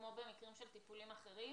כמו במקרים של טיפולים אחרים